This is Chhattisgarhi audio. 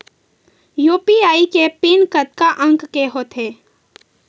यू.पी.आई के पिन कतका अंक के होथे?